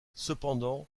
cependant